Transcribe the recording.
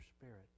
spirit